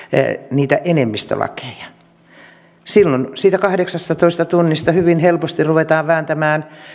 niitä enemmistölakeja niin silloin siitä kahdeksastatoista tunnista hyvin helposti ruvetaan vääntämään